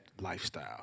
lifestyle